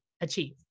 achieve